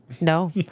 No